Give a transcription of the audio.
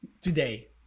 today